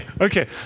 Okay